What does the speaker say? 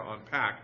unpack